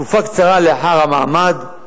תקופה קצרה לאחר המעמד,